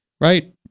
Right